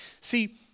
See